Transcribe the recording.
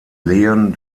lehen